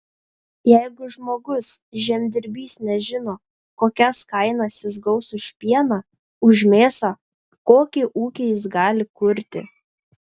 jeigu žmogus žemdirbys nežino kokias kainas jis gaus už pieną už mėsą kokį ūkį jis gali kurti